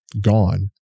gone